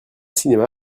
cinéma